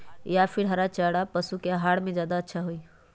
या फिर हरा चारा पशु के आहार में ज्यादा अच्छा होई?